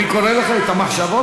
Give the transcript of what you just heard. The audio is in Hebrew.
אני קורא לך את המחשבות,